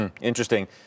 Interesting